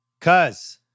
Cuz